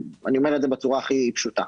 אני אומר את זה בצורה הכי פשוטה.